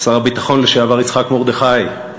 שר הביטחון לשעבר יצחק מרדכי,